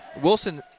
Wilson